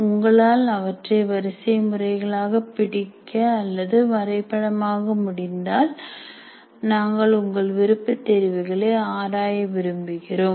உங்களால் அவற்றை வரிசை முறைகளாக பிடிக்க அல்லது வரைபடமாக முடிந்தால் நாங்கள் உங்கள் விருப்பத் தெரிவுகளை ஆராய விரும்புகிறோம்